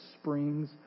springs